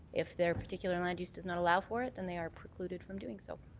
if their particular land use does not allow for it, then they are precluded from doing so.